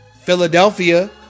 Philadelphia